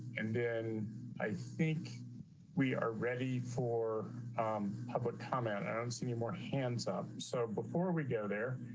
and then i think we are ready for um public comment answer any more hands up. so before we go there.